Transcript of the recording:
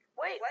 Wait